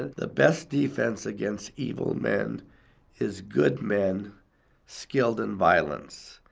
the best defense against evil men is good men skilled in violence,